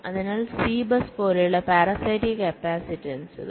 അതിനാൽ C bus പോലെയുള്ള parasitic കപ്പാസിറ്റൻസുകൾ